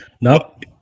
Nope